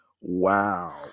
Wow